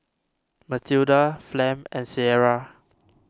Mathilda Flem and Cierra